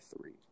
three